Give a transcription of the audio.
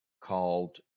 called